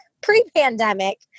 pre-pandemic